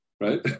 right